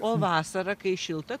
o vasarą kai šilta